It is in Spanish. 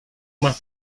más